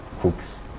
cooks